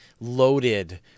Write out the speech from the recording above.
loaded